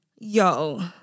Yo